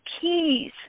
keys